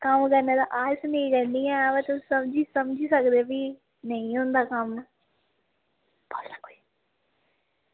कम्म करने दा आलस ते निं करनी ऐ पर समझी सकदे ओ भी नेईं होंदा कम्म